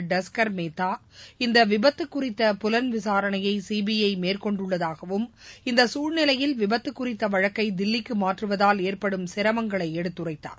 tusker Mehta இந்த விபத்து குறித்த புலன் விசாரணையை சிபிஐ மேற்கொண்டுள்ளதாகவும் இந்த சூழ்நிலையில் விபத்து குறித்த வழக்கை தில்லிக்கு மாற்றுவதால் ஏற்படும் சிரமங்களை எடுத்துரைத்தார்